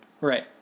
Right